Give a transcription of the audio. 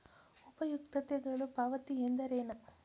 ಉಪಯುಕ್ತತೆಗಳ ಪಾವತಿ ಎಂದರೇನು?